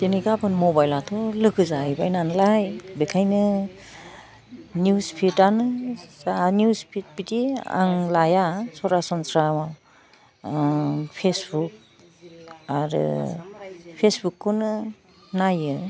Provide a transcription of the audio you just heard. दिनै गाबोन मबाइलाथ' लोगो जाहैबाय नालाय बेखायनो निउस फिदानो जा निउस स्पिद बिदि आं लाया सरासनस्रा फेसबुक आरो फेसबुकखौनो नायो